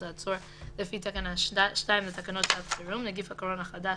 עצור לפי תקנה 2 לתקנות שעת חירום (נגיף הקורונה החדש)